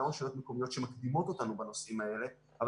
גם רשויות מקומיות שמקדימות אותנו בנושאים האלה אבל